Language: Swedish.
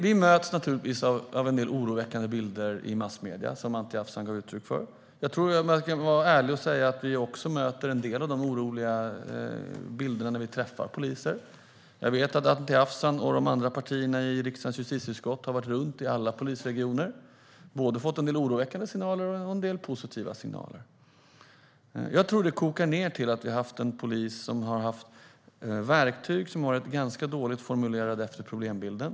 Vi möts naturligtvis av en del oroväckande bilder i massmedierna, vilket Anti Avsan gav uttryck för. Man ska vara ärlig och säga att vi också möter en del sådana oroande bilder när vi träffar poliser. Jag vet att Anti Avsan och andra ledamöter i riksdagens justitieutskott har varit runt i alla polisregioner och fått både oroväckande och positiva signaler. Jag tror att detta kokar ned till att vår polis har haft verktyg som varit ganska dåligt anpassade till problembilden.